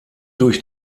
durch